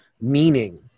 meaning